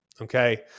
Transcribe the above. okay